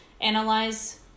analyze